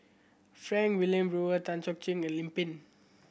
Frank Wilmin Brewer Tan Cheng Ching and Lim Pin